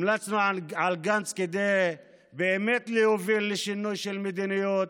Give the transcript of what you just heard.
המלצנו על גנץ כדי באמת להוביל לשינוי של מדיניות,